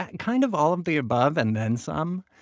ah and kind of all of the above and then some.